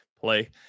play